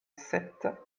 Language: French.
sept